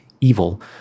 evil